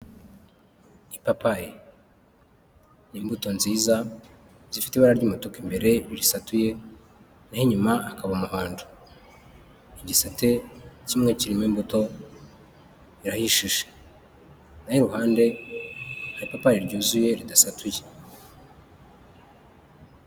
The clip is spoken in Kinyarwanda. Ipapayi, imbuto nziza zifite ibara ry'umutuku imbere, risatuye naho inyuma hakaba umuhando, igisate kimwe kirimo imbuto, rirahishije, naho iruhande hari ipapayi ryuzuye ridasatuye,